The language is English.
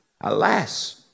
Alas